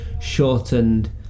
shortened